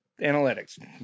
analytics